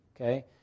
Okay